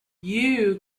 you